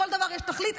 לכל דבר יש תכלית,